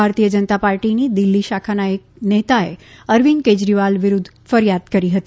ભારતીય જનતા પાર્ટીની દિલ્લી શાખાના એક નેતાએ અરવિંદ કેજરીવાલ વિરુધ્ધ ફરિયાદ કરી હતી